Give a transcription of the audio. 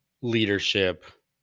leadership